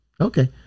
Okay